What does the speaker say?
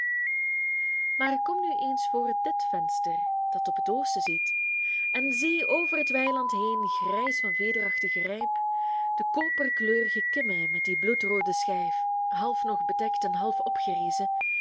maar kom nu eens voor dit venster dat op het oosten ziet en zie over het weiland heen grijs van vederachtigen rijp de koperkleurige kimme met die bloedroode schijf half nog bedekt en half opgerezen